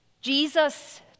jesus